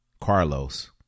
Carlos